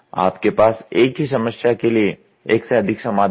आपके पास एक ही समस्या के लिए एक से अधिक समाधान हैं